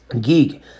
geek